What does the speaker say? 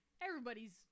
Everybody's